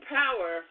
power